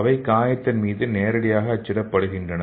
அவை காயத்தின் மீது நேரடியாக அச்சிடப்படுகின்றன